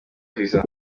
visa